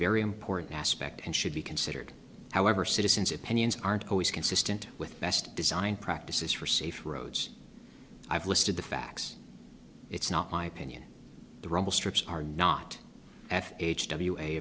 very important aspect and should be considered however citizens opinions aren't always consistent with best design practices for safe roads i've listed the facts it's not my opinion the rumble strips are not at